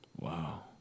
Wow